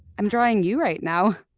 i'm drawing you right now.